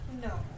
No